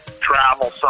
travel